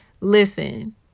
Listen